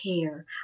care